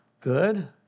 Good